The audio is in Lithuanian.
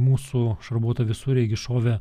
mūsų šarvuotą visureigį šovė